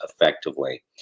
effectively